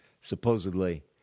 supposedly